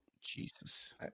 Jesus